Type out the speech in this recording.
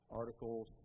articles